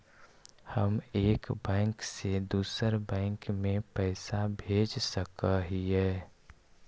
हम एक बैंक से दुसर बैंक में पैसा भेज सक हिय?